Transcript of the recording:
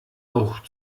auch